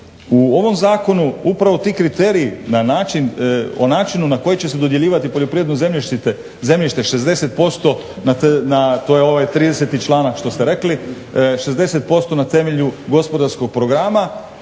U ovom zakonu upravo ti kriteriji o načinu na koji će se dodjeljivati poljoprivredno zemljište 60%, to je ovaj 30. članak